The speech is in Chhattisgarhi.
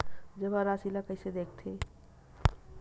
जमा राशि ला कइसे देखथे?